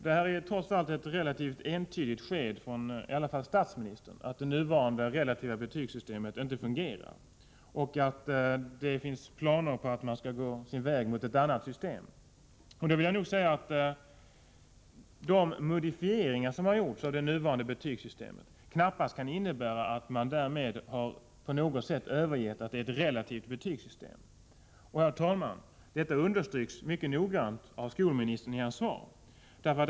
Det är trots allt ett ganska entydigt besked från statsministern om att det nuvarande relativa betygssystemet inte fungerar och att det finns planer på att slå in på vägen mot ett annat system. De modifieringar som har gjorts av det nuvarande betygssystemet innebär knappast att man därmed har övergett det relativa betygssystemet. Och detta understryks, herr talman, mycket noga av skolministern i hans svar.